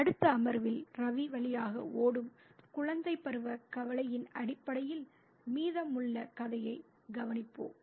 அடுத்த அமர்வில் ரவி வழியாக ஓடும் குழந்தைபருவ கவலையின் அடிப்படையில் மீதமுள்ள கதையைப் கவனிப்போம்